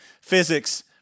physics